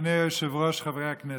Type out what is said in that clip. אדוני היושב-ראש, חברי הכנסת,